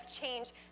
change